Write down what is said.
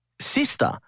sister